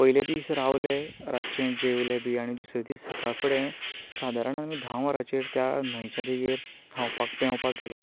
पयल्या दीसा रावले रातचे जेवले बी आनी दुसरे दीस सकाळीं फुडें आमी धा वरांचेर त्या न्हंयच्या देगेर न्हावपाक पेंवपाक गेले